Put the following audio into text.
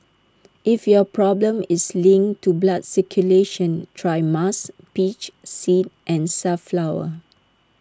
if your problem is linked to blood circulation try musk peach seed and safflower